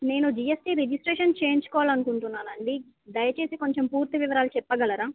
నేను GST registration చేయించుకోవాలనుకుంటున్నానండి దయచేసి కొంచెం పూర్తి వివరాలు చెప్పగలరా